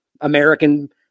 American